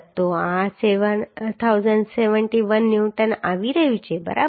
તો આ 7071 ન્યુટન આવી રહ્યું છે બરાબર